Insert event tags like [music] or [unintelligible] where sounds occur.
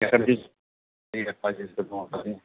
ఎక్కడ తీస్ [unintelligible] ఎట్లాచేస్తే బాగుంటది